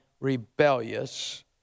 rebellious